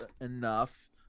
enough